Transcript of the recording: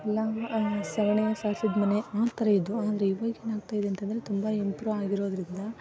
ಎಲ್ಲ ಸಗಣಿ ಹಾಕಿ ಸಾರ್ಸಿದ ಮನೆ ಆ ಥರ ಇದ್ದವು ಆದರೆ ಇವಾಗ ಏನಾಗ್ತಾ ಇದೆ ಅಂತಂದರೆ ತುಂಬ ಇಂಪ್ರೂ ಆಗಿರೋದರಿಂದ